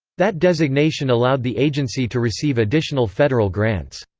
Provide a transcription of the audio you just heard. that designation allowed the agency to receive additional federal grants.